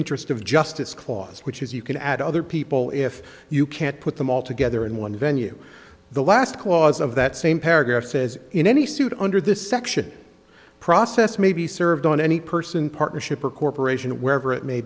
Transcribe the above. interest of justice clause which is you can add other people if you can't put them all together in one venue the last clause of that same paragraph says in any suit under this section process may be served on any person partnership or corporation wherever it may